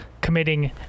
committing